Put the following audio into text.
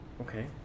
Okay